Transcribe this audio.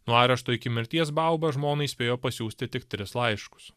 nuo arešto iki mirties bauba žmonai spėjo pasiųsti tik tris laiškus